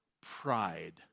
Pride